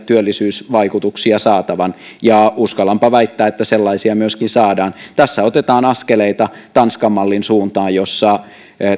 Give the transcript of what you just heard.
työllisyysvaikutuksia saatavan ja uskallanpa väittää että sellaisia myöskin saadaan tässä otetaan askeleita tanskan mallin suuntaan missä